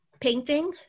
painting